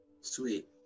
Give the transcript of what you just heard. Sweet